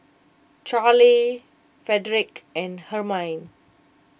Charly Frederic and Hermine